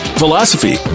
philosophy